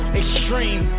extreme